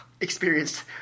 experienced